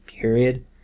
period